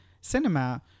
cinema